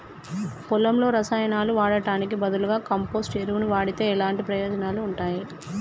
పొలంలో రసాయనాలు వాడటానికి బదులుగా కంపోస్ట్ ఎరువును వాడితే ఎలాంటి ప్రయోజనాలు ఉంటాయి?